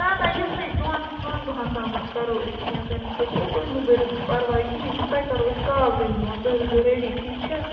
نہَ نہَ یِمنٕے دۄن ژۄن دۄہَن تامَتھ کَرو أسۍ کیٚنٛہہ تَمہِ خٲطرٕ تُہۍ مہٕ بٔرِو سُہ پَرواے کِہیٖنٛۍ تہٕ تۄہہِ کَرو أسۍ کال تَمہِ برٛونٛٹھ تُہۍ روٗزیٚو ریڈی ٹھیٖک چھا